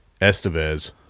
Estevez